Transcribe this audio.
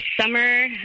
summer